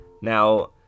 Now